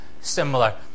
similar